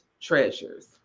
treasures